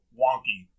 wonky